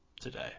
today